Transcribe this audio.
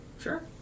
Sure